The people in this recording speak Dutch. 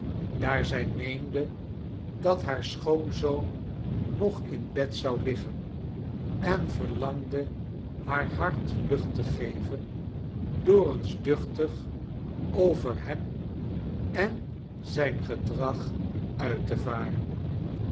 daar zij meende dat haar schoonzoon nog in bed zou liggen en verlangde haar hart lucht te geven door eens duchtig over hem en zijn gedrag uit te varen